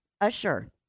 Usher